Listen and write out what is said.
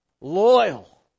loyal